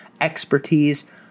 Expertise